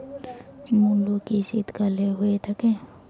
মূলো কি শীতকালে হয়ে থাকে?